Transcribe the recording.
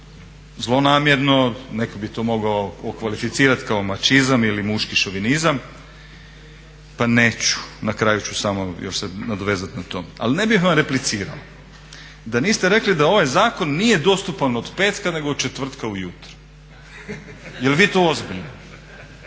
zlonamjerno, netko bi to mogao okvalificirati kao mačizam ili muški šovinizam pa neću. Na kraju ću samo još se nadovezat na to. Ali ne bih vam replicirao da niste rekli da ovaj zakon nije dostupan od petka nego od četvrtka ujutro. /Smijeh./ Jel vi to ozbiljno?